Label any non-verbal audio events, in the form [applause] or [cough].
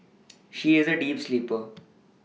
[noise] she is a deep sleeper